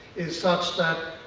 is such that,